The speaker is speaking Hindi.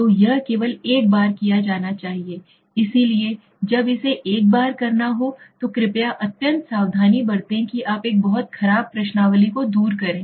तो यह केवल एक बार किया जाना है इसलिए जब इसे एक बार करना हो तो कृपया अत्यंत सावधानी बरतें कि आप एक बहुत खराब प्रश्नावली को दूर करें